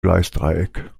gleisdreieck